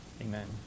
amen